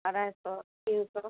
अढ़ाइ सए तीन सए